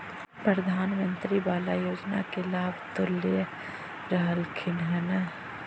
प्रधानमंत्री बाला योजना के लाभ तो ले रहल्खिन ह न?